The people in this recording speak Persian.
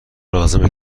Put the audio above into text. لازمه